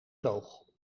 toog